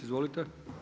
Izvolite.